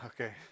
Okay